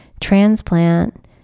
transplant